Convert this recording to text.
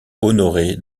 honorée